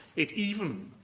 it even,